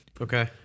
Okay